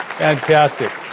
Fantastic